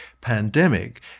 pandemic